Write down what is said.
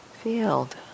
Field